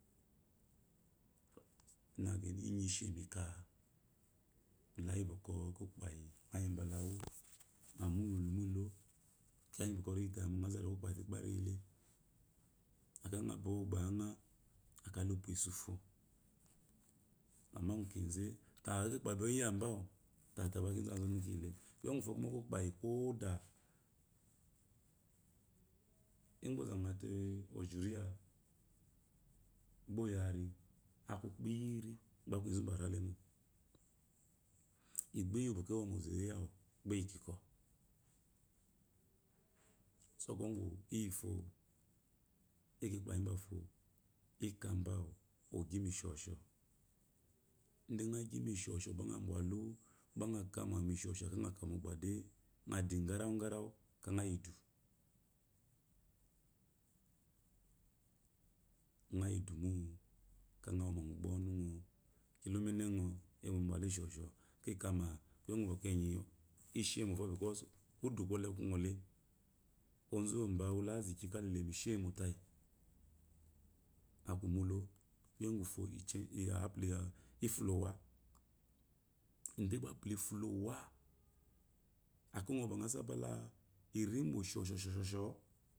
Ina gani inyi isheni ka bala yi bwɔkwɔ okokpayi ngoyi bale wu ngo muwu imulo kiya gyi bwɔbwɔ kiyitayimo ngo zala okokpayi. te tegba kiyile akeyi obugbanga akeyi lubwe esufo amma su keze da ekookpayii oyi yabam tayi gba azɔnu kiyi ya zule kule gufo ekokpayi koda ide ozate ozunya gba oyi ari akukpiri gba gba aka ezu baralemo igba iyi ozuwa buɔkwɔ awo mu ozuniyawe bwa eyikikwa so kuwo gu iyifo ekokpayi befo ekabawa okimi shosho ide gba ngo mi shosho gba ngo bwdu gba ngo yiidu mo akayi ngo mogba wu ɔnungo kila ummengo eyi mi bwalu shosho ke kama kuye gu eshemofo because kuche gole kungɔle ozu wu obawu la azuiki kahilemu she motayi aku imulo kuye gufo te apula ifulowa idegba apula ifulowa akeyi ngo ba ngo sabala irimo shoshosho